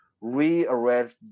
rearrange